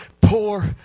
poor